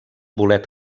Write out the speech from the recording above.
bolet